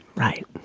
right.